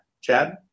Chad